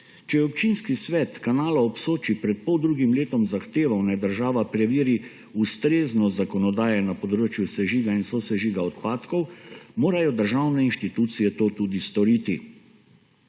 je občinski svet Kanala ob Soči pred poldrugim letom zahteval, naj država preveri ustrezno zakonodajo na področju sežiga in sosežiga odpadkov, morajo državne institucije to tudi storiti.